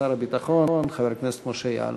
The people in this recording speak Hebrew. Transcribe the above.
שר הביטחון חבר הכנסת משה יעלון.